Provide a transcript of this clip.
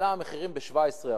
עלו המחירים ב-17%,